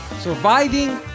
Surviving